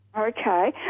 Okay